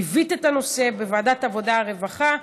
ליווית את הנושא בוועדת העבודה והרווחה,